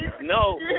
no